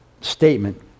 statement